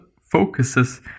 focuses